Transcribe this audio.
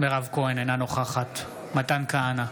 מירב כהן, אינה נוכחת מתן כהנא,